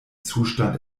zustand